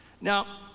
now